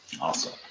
Awesome